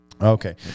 okay